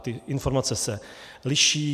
Ty informace se liší.